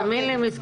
אם אין להם.